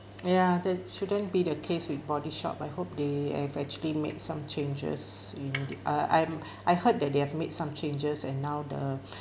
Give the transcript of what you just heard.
ya that shouldn't be the case with body shop I hope they eventually some changes in ah I'm I heard that they have made some changes and now the